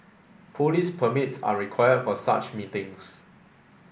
police permits are required for such meetings